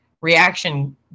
reaction